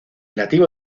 nativo